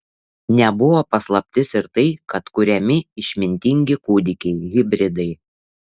nebuvo paslaptis ir tai kad kuriami išmintingi kūdikiai hibridai